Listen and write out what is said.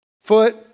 foot